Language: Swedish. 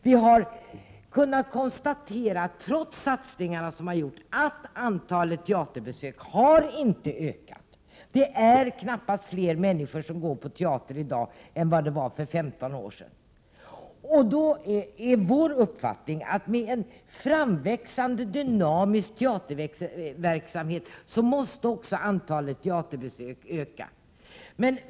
Trots de satsningar som har gjorts har vi kunnat konstatera att antalet teaterbesök inte har ökat. Det är knappast fler människor som går på teater i dag än för 15 år sedan. Vår uppfattning är att med en framväxande, dynamisk teaterverksamhet måste också teaterbesöken öka.